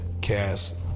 cast